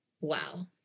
Wow